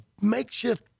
makeshift